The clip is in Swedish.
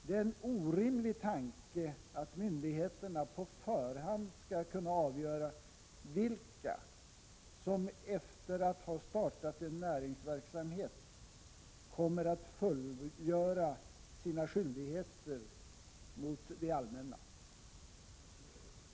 Det är en orimlig tanke att myndigheterna på förhand skall kunna avgöra vilka som efter att ha startat en näringsverksamhet kommer att fullgöra sina skyldigheter mot det allmänna.